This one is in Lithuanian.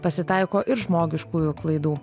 pasitaiko ir žmogiškųjų klaidų